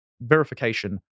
verification